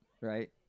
right